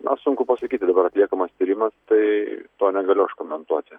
na sunku pasakyti dabar atliekamas tyrimas tai to negaliu aš komentuoti